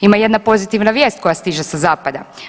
Ima jedna pozitivna vijest koja stiže sa zapada.